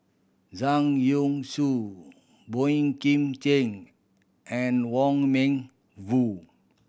Zhang Youshuo Boey Kim Cheng and Wong Meng Voon